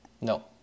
No